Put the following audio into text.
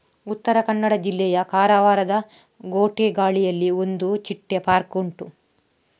ಉತ್ತರ ಕನ್ನಡ ಜಿಲ್ಲೆಯ ಕಾರವಾರದ ಗೋಟೆಗಾಳಿಯಲ್ಲಿ ಒಂದು ಚಿಟ್ಟೆ ಪಾರ್ಕ್ ಉಂಟು